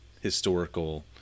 historical